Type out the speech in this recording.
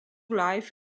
life